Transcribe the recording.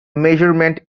measurement